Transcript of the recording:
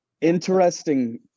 Interesting